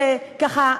שככה,